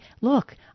look